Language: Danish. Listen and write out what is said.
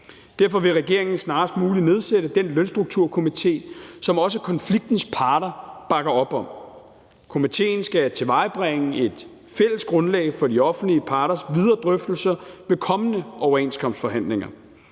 Derfor vil regeringen snarest muligt nedsætte den lønstrukturkomité, som også konfliktens parter bakker op om. Komitéen skal tilvejebringe et fælles grundlag for de offentlige parters videre drøftelser ved kommende overenskomstforhandlinger.